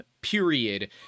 period